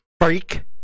freak